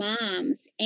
moms